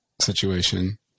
situation